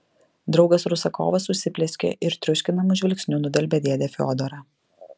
draugas rusakovas užsiplieskė ir triuškinamu žvilgsniu nudelbė dėdę fiodorą